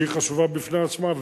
שהיא חשובה בפני עצמה,